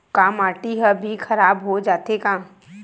का माटी ह भी खराब हो जाथे का?